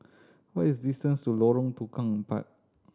what is distance to Lorong Tukang Empat